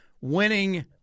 winning